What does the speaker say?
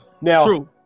Now